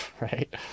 right